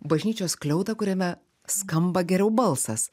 bažnyčios skliautą kuriame skamba geriau balsas